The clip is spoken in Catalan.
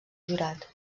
jurat